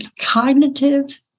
cognitive